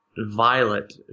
Violet